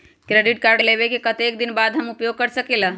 Credit card लेबे के कतेक दिन बाद हम उपयोग कर सकेला?